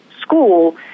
school –